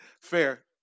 fair